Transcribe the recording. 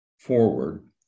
forward